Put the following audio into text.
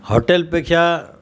हॉटेलपेक्षा